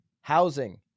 housing